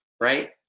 right